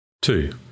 Two